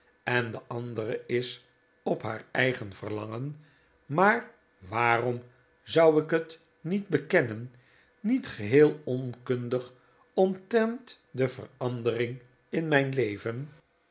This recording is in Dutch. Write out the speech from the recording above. en de andere is op haar eigen verlangen maar waarom zou ik het niet bekennen niet geheel onkundig omtrent de verandering in mijn leven